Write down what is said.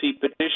petition